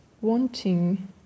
wanting